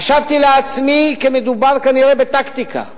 חשבתי לעצמי כי מדובר כנראה בטקטיקה.